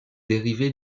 dérivé